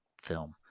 film